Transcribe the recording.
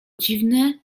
dziwne